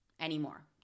anymore